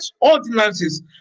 ordinances